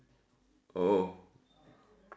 oh